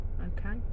okay